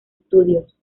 studios